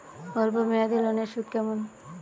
অল্প মেয়াদি লোনের সুদ কেমন?